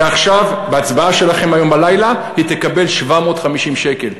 ועכשיו, בהצבעה שלכם הלילה, היא תקבל 750 שקל.